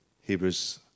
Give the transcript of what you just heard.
Hebrews